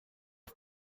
are